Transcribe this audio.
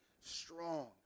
strong